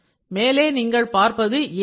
மேலே நீங்கள் பார்ப்பது ABS